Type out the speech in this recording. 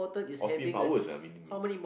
Austin-Powers ah mini-me